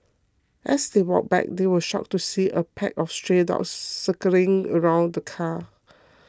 as they walked back they were shocked to see a pack of stray dogs circling around the car